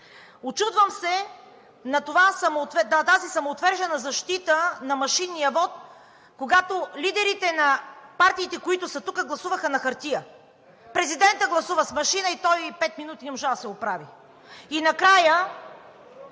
Учудвам се на тази самоотвержена защита на машинния вот, когато лидерите на партиите, които са тук, гласуваха на хартия. Президентът гласува с машина и той пет минути не можа да се оправи. (Шум